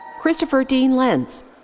christopher d. lense.